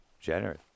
generous